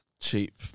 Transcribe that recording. cheap